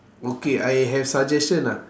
okay I have suggestion ah